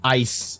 ice